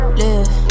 live